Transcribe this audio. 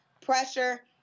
pressure